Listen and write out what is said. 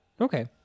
okay